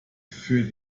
für